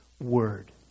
word